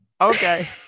Okay